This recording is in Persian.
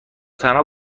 تنها